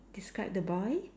describe the boy